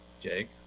Jake